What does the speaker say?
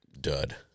dud